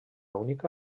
única